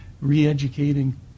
re-educating